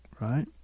right